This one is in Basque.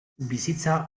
bizitza